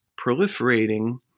proliferating